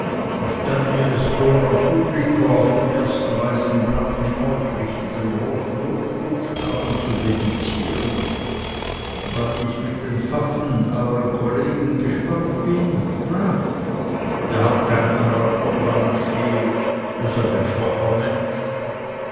statt mir es coram populo auf dem ersten weißen blatte mit aufrichtigen großen druckbuchstaben zu dedizieren weil ich mit den faffen euern kollegen gespannt bin he ihr habt keinen charakter pfannenstiel ihr seid ein schwacher mensch